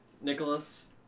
Nicholas